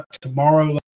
tomorrow